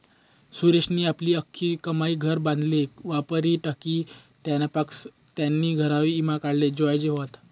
सुरेशनी आपली आख्खी कमाई घर बांधाले वापरी टाकी, त्यानापक्सा त्यानी घरवर ईमा काढाले जोयजे व्हता